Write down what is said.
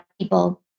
people